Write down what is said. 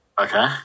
Okay